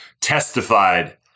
testified